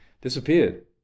disappeared